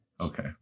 Okay